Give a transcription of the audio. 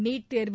NEET தேர்வு